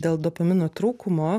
dėl dopamino trūkumo